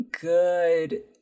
good